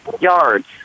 yards